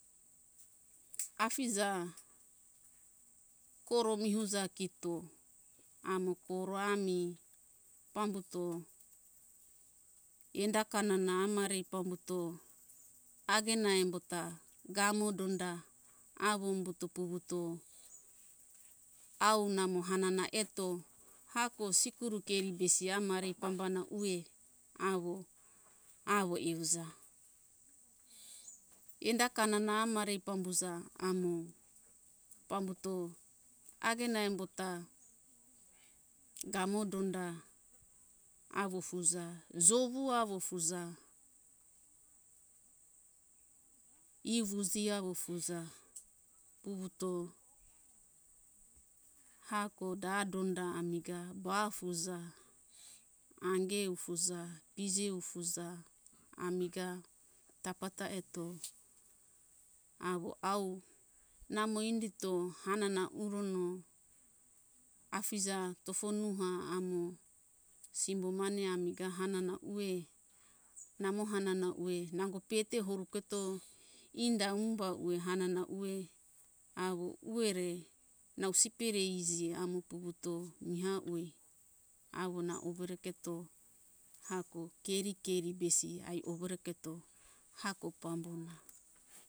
Afija koro mihuja kito avo koro ami pambuto enda kanana amare pambuto agena embo ta gamo donda avo umbuto puvuto avo namo hanana eto pambo sikuru keri besi amare pambana ue avo - avo ieuja enda kanana amare pambuja amo pambuto agena embo ta gamo donda avo fuja, jovu avo fuja. I vuji avo fuja. puvuto ehako da donda amiga ba fuja. ange ufuja. fije ufuja. amiga tafa ta eto avo aue namo indito hanana urono afija tofo nuha amo simbo mane ami ga hanana ue namo hanana ue nango pete huruketo enda umba ue hanana ue avo uere nau sipere iji amo puvuto miha ue avo nau umbari keto ehako keri keri besi ai overe keto ehako pambona.